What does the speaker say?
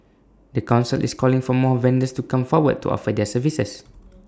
the Council is calling for more vendors to come forward to offer their services